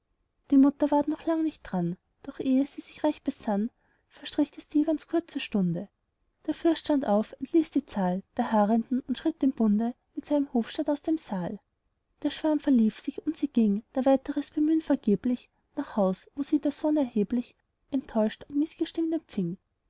die mutter war noch lang nicht dran doch ehe sie sich recht besann verstrich des diwans kurze stunde der fürst stand auf entließ die zahl der harrenden und schritt im bunde mit seinem hofstaat aus dem saal der schwarm verlief sich und sie ging da weiteres bemühn vergeblich nach haus wo sie der sohn erheblich enttäuscht und mißgestimmt empfing